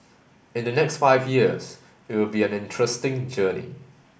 in the next five years it will be an interesting journey